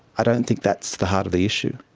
i don't think that's the heart of the issue.